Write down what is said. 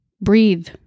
breathe